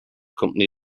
company